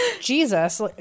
Jesus